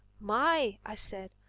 my! i said,